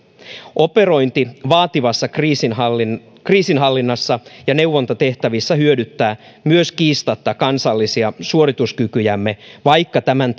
operointi vaativassa kriisinhallinnassa kriisinhallinnassa ja neuvontatehtävissä hyödyttää kiistatta myös kansallisia suorituskykyjämme vaikka tämän